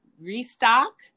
restock